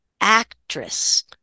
actress